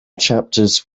chapters